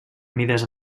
unides